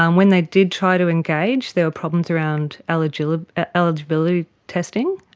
um when they did try to engage there were problems around eligibility ah eligibility testing,